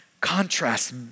contrast